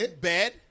bad